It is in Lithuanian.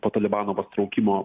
po talibano pasitraukimo